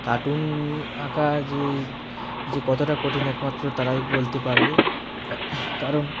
cartoon আঁকা যে যে কতটা কঠিন একমাত্র তারাই বলতে পারবে কারণ